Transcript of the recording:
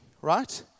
Right